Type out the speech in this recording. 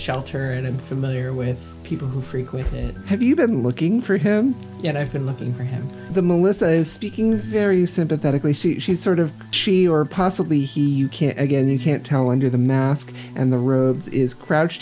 shelter and familiar with people who frequent it have you been looking for him yet i've been looking for him the melissa speaking very sympathetically see she sort of cheesy or possibly he can again you can't tell under the mask and the room is crouch